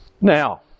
Now